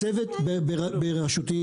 הצוות בראשותי,